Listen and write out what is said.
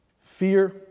Fear